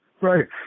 right